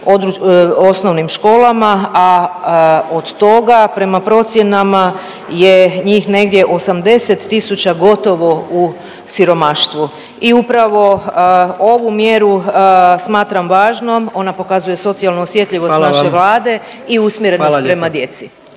osnovnim školama, a od toga prema procjenama je njih negdje 80.000 gotovo u siromaštvu. I upravo ovu mjeru smatram važnom. Ona pokazuje socijalnu osjetljivost naše Vlade …/Upadica: